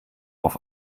auf